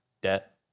debt